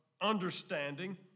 understanding